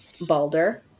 Balder